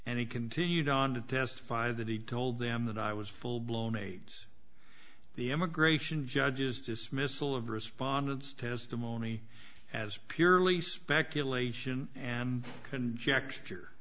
and he continued on to testify that he told them that i was full blown aids the immigration judges dismissal of respondents testimony as purely speculation and conjecture